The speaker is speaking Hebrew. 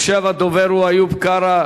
עכשיו הדובר הוא איוב קרא,